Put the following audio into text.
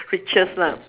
richest lah